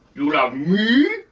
you love me?